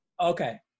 Okay